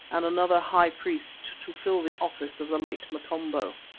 and another high-priest to fill the office of the late motombo.